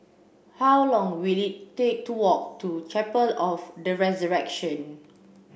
how long will it take to walk to Chapel of the Resurrection